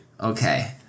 Okay